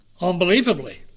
unbelievably